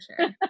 sure